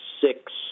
six